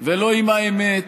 ולא עם האמת,